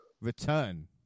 return